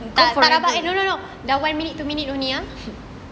kau forever